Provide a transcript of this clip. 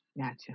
Gotcha